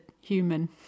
human